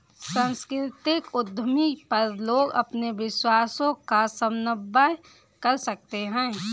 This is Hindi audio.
सांस्कृतिक उद्यमी पर लोग अपने विश्वासों का समन्वय कर सकते है